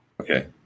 Okay